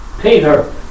Peter